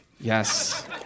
Yes